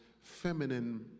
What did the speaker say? feminine